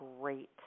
great